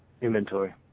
Inventory